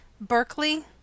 Berkeley